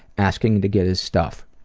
asking to get his stuff.